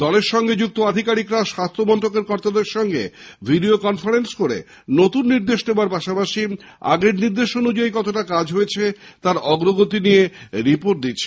দলের সঙ্গে যুক্ত আধিকারিকরা স্বাস্থ্য মন্ত্রকের কর্তাদের সঙ্গে ভিডিও কনফারেন্স করে নতুন নির্দেশ নেওয়ার পাশাপাশি আগের নির্দেশ অনুযায়ী কতটা কাজ হয়েছে তার অগ্রগতি নিয়ে রিপোর্ট দিচ্ছেন